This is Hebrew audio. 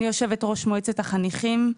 אני יושבת-ראש מועצת החניכים.